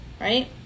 right